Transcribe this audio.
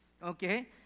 Okay